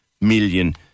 million